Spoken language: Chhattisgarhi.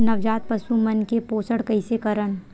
नवजात पशु मन के पोषण कइसे करन?